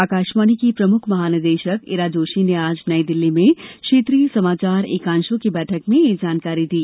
आकाशवाणी की प्रमुख महानिदेशक ईरा जोशी ने आज नई दिल्ली में क्षेत्रीय समाचार एकांशों की बैठक में यह जानकारी दी